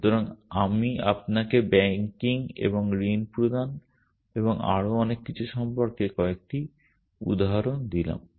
সুতরাং আমি আপনাকে ব্যাংকিং এবং ঋণ প্রদান এবং আরও অনেক কিছু সম্পর্কে কয়েকটি উদাহরণ দিলাম